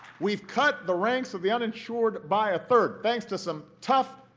we've cut the ranks of the uninsured by a third, thanks to some tough,